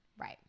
Right